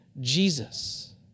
Jesus